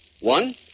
One